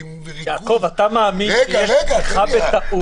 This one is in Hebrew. אתה מאמין שיש פתיחה בטעות?